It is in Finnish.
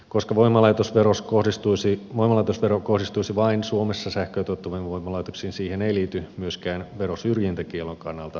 koska voimalaitosvero kohdistuisi vain suomessa sähköä tuottaviin voimalaitoksiin siihen ei liity myöskään verosyrjintäkiellon kannalta arvioitavia kysymyksiä